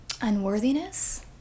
unworthiness